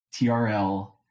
TRL